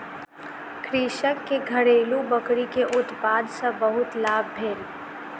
कृषक के घरेलु बकरी के उत्पाद सॅ बहुत लाभ भेल